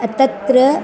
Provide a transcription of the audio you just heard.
तत्र